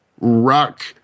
rock